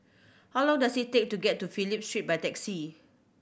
how long does it take to get to Phillip Street by taxi